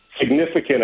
significant